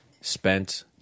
spent